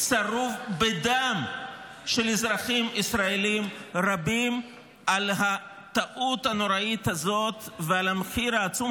צרוב בדם של אזרחים ישראלים רבים על הטעות הנוראית הזאת ועל המחיר העצום